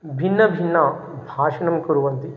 भिन्न भिन्न भाषणं कुर्वन्ति